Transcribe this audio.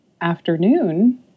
afternoon